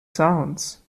sounds